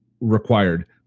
required